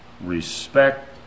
respect